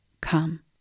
come